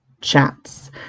chats